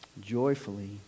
joyfully